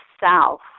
south